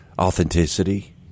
Authenticity